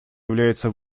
является